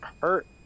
hurt